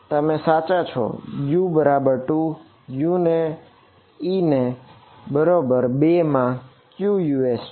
તમે સાચા છો e બરાબર 2 e ને બરાબર 2 માં ક્યુ Us છે